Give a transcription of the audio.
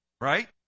Right